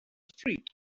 street